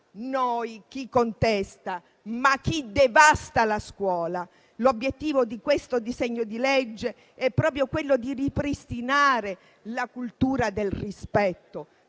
chi contesta, ma chi devasta la scuola. L'obiettivo di questo disegno di legge è proprio quello di ripristinare la cultura del rispetto,